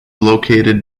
located